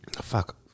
Fuck